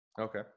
Okay